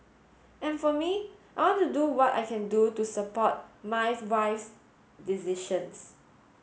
and for me I want to do what I can do do support my wife's decisions